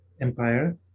empire